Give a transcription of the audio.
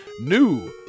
New